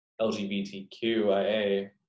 LGBTQIA